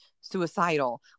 suicidal